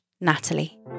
Natalie